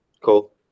cool